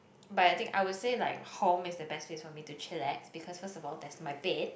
but I think I would say like home is the best place for me to chillax because first of all there's my bed